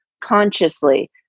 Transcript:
consciously